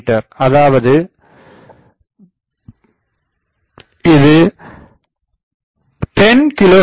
me அதாவது 10 GHz